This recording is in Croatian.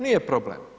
Nije problem.